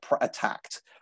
attacked